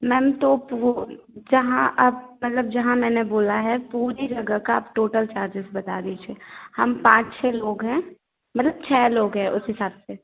ना तो वो जहाँ आप मतलब जहाँ मैंने बोला है पूरी जगह का आप टोटल चार्जेज बता दीजिए हम पाँच छः लोग हैं मतलब छः लोग हैं उस हिसाब से